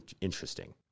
interesting